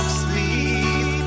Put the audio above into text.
sleep